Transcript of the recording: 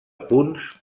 punts